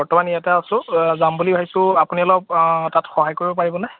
বৰ্তমান ইয়াতে আছো যাম বুলি ভাবিছোঁ আপুনি অলপ তাত সহায় কৰিব পাৰিবনে